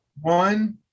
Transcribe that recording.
One